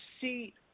see